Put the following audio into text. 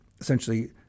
essentially